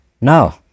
No